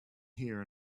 here